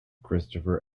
christopher